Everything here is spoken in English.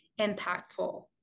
impactful